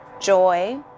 joy